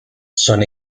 son